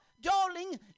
darling